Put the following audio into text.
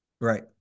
Right